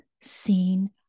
seen